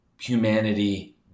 humanity